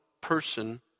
person